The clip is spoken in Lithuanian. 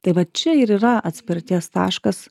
tai vat čia ir yra atspirties taškas